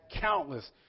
countless